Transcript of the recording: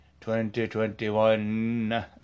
2021